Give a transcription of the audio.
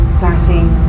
passing